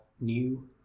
new